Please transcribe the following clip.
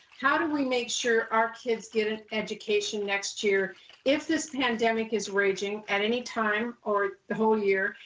how do we make sure our kids get an education next year if this pandemic is raging at any time or the whole year,